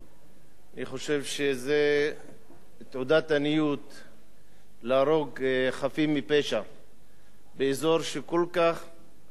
אני חושב שזה תעודת עניות להרוג חפים מפשע באזור שהיה כל כך שקט.